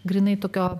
grynai tokio